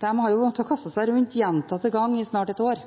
har jo måttet kaste seg rundt gjentatte ganger i snart et år.